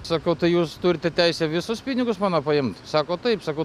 sakau tai jūs turite teisę visus pinigus mano paimt sako taip sakau